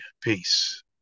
Peace